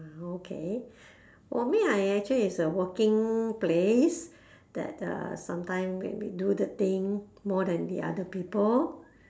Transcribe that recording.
ah okay for me I actually is uh working place that uh sometime when we do the thing more than the other people